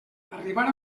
arribar